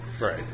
right